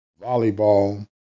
volleyball